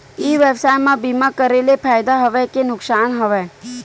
ई व्यवसाय म बीमा करे ले फ़ायदा हवय के नुकसान हवय?